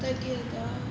thirtieth வருதா:varuthaa